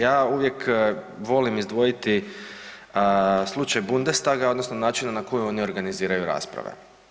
Ja uvijek volim izdvojiti slučaj Bundestaga odnosno načina na koji oni organiziraju rasprave.